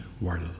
world